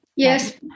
Yes